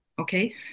Okay